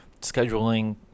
scheduling